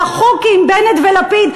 האחוקים בנט ולפיד,